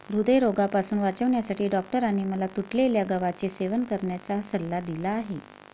हृदयरोगापासून वाचण्यासाठी डॉक्टरांनी मला तुटलेल्या गव्हाचे सेवन करण्याचा सल्ला दिला आहे